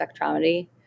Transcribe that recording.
spectrometry